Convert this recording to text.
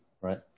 Right